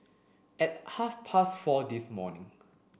at half past four this morning